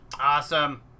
Awesome